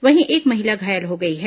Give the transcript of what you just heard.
वहीं एक महिला घायल हो गई है